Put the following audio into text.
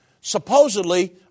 supposedly